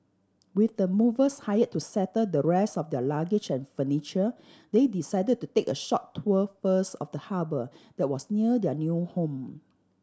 with the movers hired to settle the rest of their luggage and furniture they decided to take a short tour first of the harbour that was near their new home